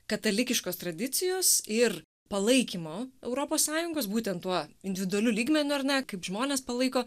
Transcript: katalikiškos tradicijos ir palaikymo europos sąjungos būtent tuo individualiu lygmeniu ar ne kaip žmonės palaiko